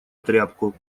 тряпку